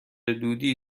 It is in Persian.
دودی